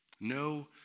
No